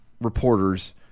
reporters